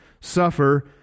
suffer